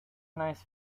nice